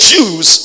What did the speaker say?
Jews